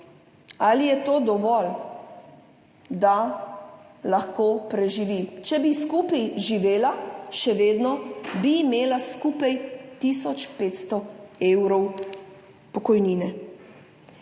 Ali je to dovolj, da lahko preživi? Če bi skupaj živela, še vedno bi imela skupaj tisoč petsto evrov pokojnine.